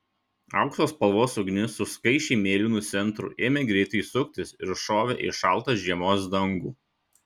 aukso spalvos ugnis su skaisčiai mėlynu centru ėmė greitai suktis ir šovė į šaltą žiemos dangų